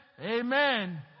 Amen